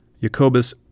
Jacobus